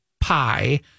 pie